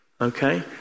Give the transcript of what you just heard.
okay